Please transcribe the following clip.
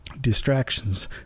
distractions